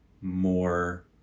more